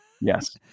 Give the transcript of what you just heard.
Yes